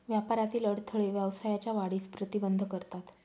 व्यापारातील अडथळे व्यवसायाच्या वाढीस प्रतिबंध करतात